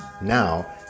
Now